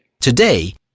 Today